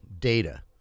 data